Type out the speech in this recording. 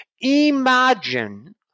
Imagine